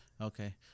Okay